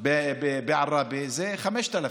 בעראבה זה 5,000,